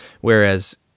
Whereas